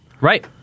right